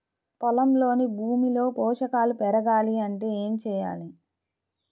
పొలంలోని భూమిలో పోషకాలు పెరగాలి అంటే ఏం చేయాలి?